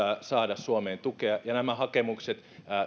saada suomeen tukea ja nämä hakemukset